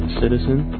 citizen